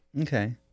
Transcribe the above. Okay